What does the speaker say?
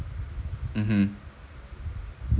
mmhmm